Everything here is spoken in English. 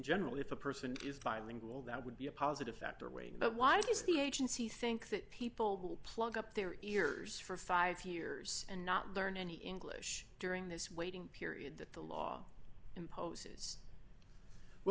general if a person is bilingual that would be a positive factor weighing but why does the agency think that people will plug up their ears for five years and not learn any english during this waiting period that the law imposes well